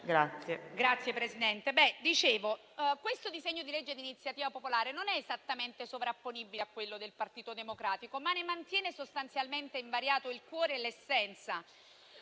ringrazio. Come dicevo, questo disegno di legge di iniziativa popolare non è esattamente sovrapponibile a quello del Partito Democratico, ma ne mantiene sostanzialmente invariati il cuore e l'essenza.